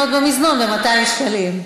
ב-200 שקלים.